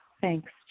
Thanks